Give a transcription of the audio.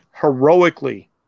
heroically